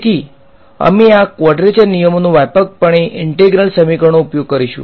તેથી અમે આ ક્વાડ્રેચર નિયમોનો વ્યાપકપણે ઈંટ્રેગ્રલ સમીકરણમાં ઉપયોગ કરીશું